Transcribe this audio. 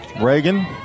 Reagan